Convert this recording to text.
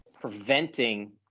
preventing